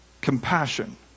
compassion